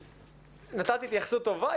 נתת התייחסות טובה.